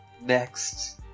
next